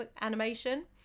animation